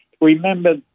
Remember